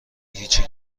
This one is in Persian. هیچی